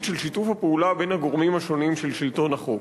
של שיתוף הפעולה בין הגורמים השונים של שלטון החוק.